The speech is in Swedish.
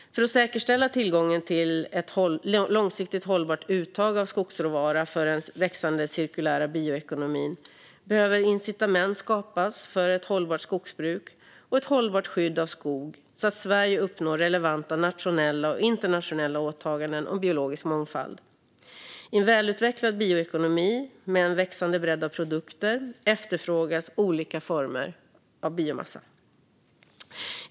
För att säkerställa tillgången till ett långsiktigt hållbart uttag av skogsråvara för den växande cirkulära bioekonomin behöver incitament skapas för ett hållbart skogsbruk och ett hållbart skydd av skog, så att Sverige uppnår relevanta nationella och internationella åtaganden om biologisk mångfald. I en välutvecklad bioekonomi med en växande bredd av produkter efterfrågas olika former av biomassa.